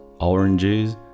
oranges